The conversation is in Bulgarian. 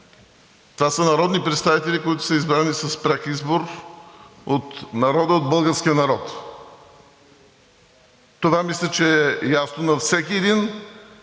Това са народни представители, които са избрани с пряк избор от българския народ. Това, мисля, че е ясно на всеки един